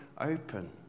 open